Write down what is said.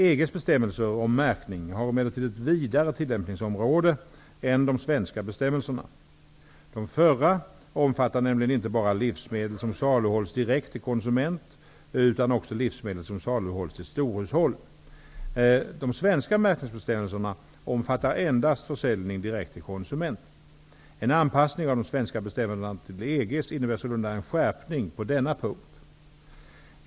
EG:s bestämmelser om märkning har emellertid ett vidare tillämpningsområde än de svenska bestämmelerna. De förra omfattar nämligen inte bara livsmedel som saluhålls direkt till konsument utan också livsmedel som saluhålls till storhushåll. De svenska märkningsbestämmelserna omfattar endast försäljning direkt till konsumenten. En anpassning av de svenska bestämmelserna till EG:s innebär sålunda en skärpning på denna punkt.